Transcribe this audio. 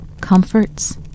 comforts